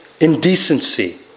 indecency